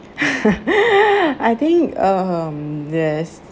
I think um there's